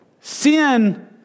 Sin